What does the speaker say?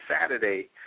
Saturday